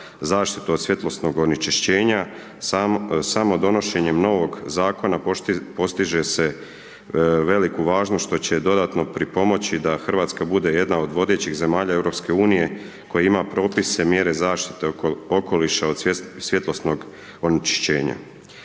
zaštitu od svjetlosnog onečišćenja samo donošenjem novoga zakona, postiže se veliku važnost što će dodatno pripomoći da Hrvatska bude jedna od vodećih zemalja EU-a koja ima propise mjere zaštite okoliša od svjetlosnog onečišćenja.